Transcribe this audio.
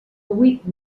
huit